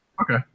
Okay